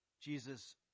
Jesus